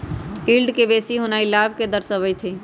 yield के बेशी होनाइ लाभ के दरश्बइत हइ